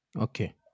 Okay